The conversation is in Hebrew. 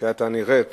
שהיתה נראית